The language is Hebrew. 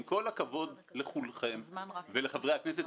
עם כל הכבוד לכולכם ולחברי הכנסת,